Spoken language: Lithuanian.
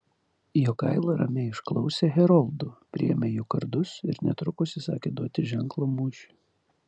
jogaila ramiai išklausė heroldų priėmė jų kardus ir netrukus įsakė duoti ženklą mūšiui